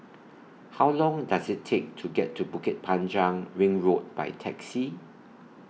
How Long Does IT Take to get to Bukit Panjang Ring Road By Taxi